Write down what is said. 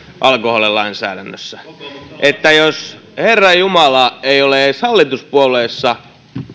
alkoholilainsäädännössä herranjumala ei olla edes hallituspuolueissa